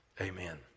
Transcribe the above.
amen